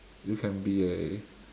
you can be a